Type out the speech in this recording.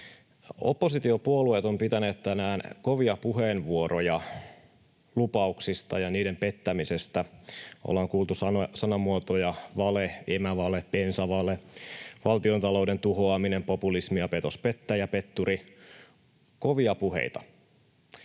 Oppositiopuolueet ovat pitäneet tänään kovia puheenvuoroja lupauksista ja niiden pettämisestä. Ollaan kuultu sanamuotoja ”vale”, ”emävale”, ”bensavale”, ”valtiontalouden tuhoaminen”, ”populismi” ja ”petos”, ”pettäjä”, ”petturi” — kovia puheita.